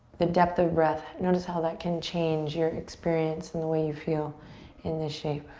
the depth of breath, notice how that can change your experience and the way you feel in this shape.